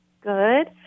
Good